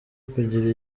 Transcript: kugira